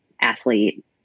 athlete